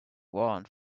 warrant